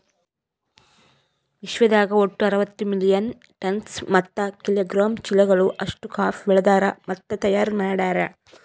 ವಿಶ್ವದಾಗ್ ಒಟ್ಟು ಅರವತ್ತು ಮಿಲಿಯನ್ ಟನ್ಸ್ ಮತ್ತ ಕಿಲೋಗ್ರಾಮ್ ಚೀಲಗಳು ಅಷ್ಟು ಕಾಫಿ ಬೆಳದಾರ್ ಮತ್ತ ತೈಯಾರ್ ಮಾಡ್ಯಾರ